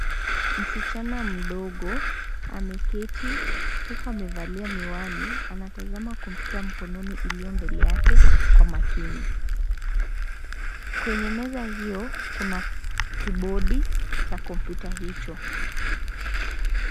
Msichana mdogo ameketi, huku amevalia miwani anatazama kompyuta mkononi iliyo mbele yake kwa makini. Kwenye meza hiyo kuna kibodi cha kompyuta hicho.